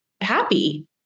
happy